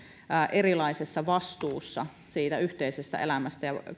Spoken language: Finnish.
erilaisessa vastuussa siitä yhteisestä elämästä ja